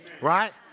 right